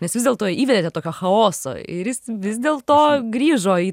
nes vis dėlto įvedėt tokio chaoso ir jis vis dėl to grįžo į